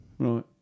Right